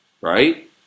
right